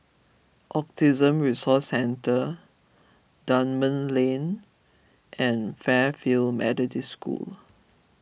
Autism Resource Centre Dunman Lane and Fairfield Methodist School